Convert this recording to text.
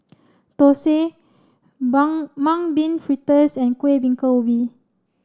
Thosai Bung Mung Bean Fritters and Kueh Bingka Ubi